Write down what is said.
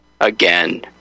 again